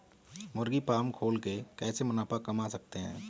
मुर्गी फार्म खोल के कैसे मुनाफा कमा सकते हैं?